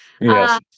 Yes